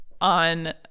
on